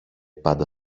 πάντα